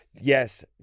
Yes